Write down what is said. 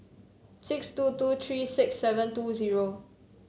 six two two three six seven two zero